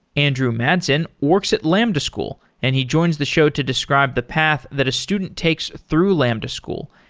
andrew madsen works at lambda school and he joins the show to describe the path that a student takes through lambda school.